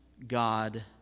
God